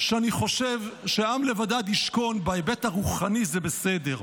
שאני חושב שעם לבדד ישכון, בהיבט הרוחני זה בסדר,